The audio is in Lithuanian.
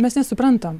mes nesuprantam